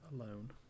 alone